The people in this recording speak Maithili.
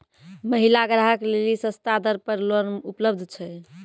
महिला ग्राहक लेली सस्ता दर पर लोन उपलब्ध छै?